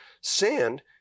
sand